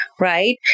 right